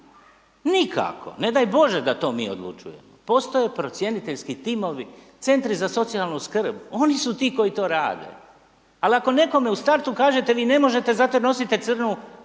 Nikako, ne daj Bože da to mi odlučujemo. Postoje procjeniteljski timovi, centri za socijalnu skrb, oni su ti koji to rade. Ali, ako nekome u startu kažete, vi ne možete zato jer nosite crnu